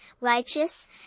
righteous